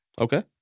Okay